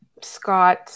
Scott